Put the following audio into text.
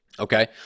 Okay